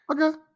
okay